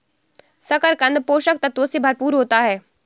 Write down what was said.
शकरकन्द पोषक तत्वों से भरपूर होता है